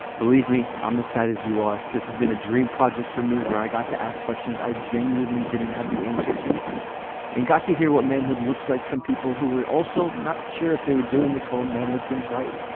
believe me, i'm as sad as you are. this has been a dream projects for me where i got to ask questions i genuinely didn't have the answer to and got to hear what manhood looks like from people who were also not sure if they were doing this whole manhood thing right.